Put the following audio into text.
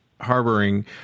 harboring